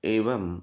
एवं